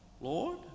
Lord